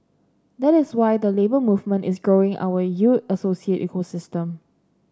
that is why the Labour Movement is growing our U Associate ecosystem